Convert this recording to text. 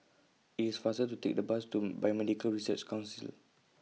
IT IS faster to Take The Bus to Biomedical Research Council